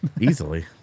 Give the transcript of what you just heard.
Easily